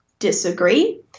Disagree